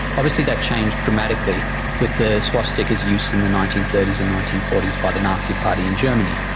obviously that changed dramatically with the swastika's use in the nineteen thirty s and nineteen forty s by the nazi party in germany.